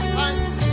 Thanks